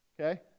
okay